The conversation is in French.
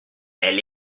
elle